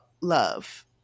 love